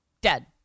Dead